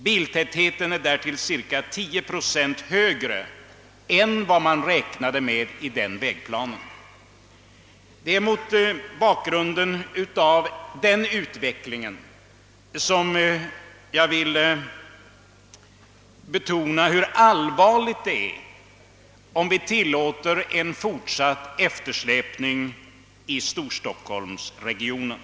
Biltätheten är därtill cirka 10 procent högre än enligt beräkningarna i vägplanen. Mot bakgrunden av denna utveckling vill jag betona hur allvarligt det är om vi tillåter en fortsatt eftersläpning i storstockholmsregionen.